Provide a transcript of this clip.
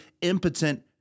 impotent